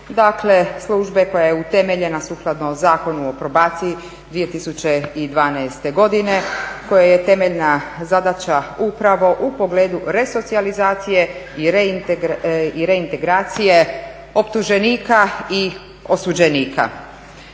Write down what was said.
dakle službe koja je utemeljena sukladno Zakonu o probaciji 2012.godine kojoj je temeljna zadaća upravo u pogledu resocijalizacije i reintegracije optuženika i osuđenika.